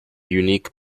unique